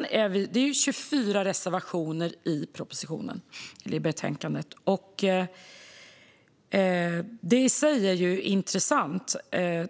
är 24 reservationer till betänkandet. Det i sig är intressant.